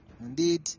indeed